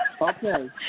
Okay